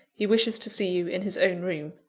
he wishes to see you in his own room.